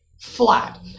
flat